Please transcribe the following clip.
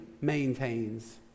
maintains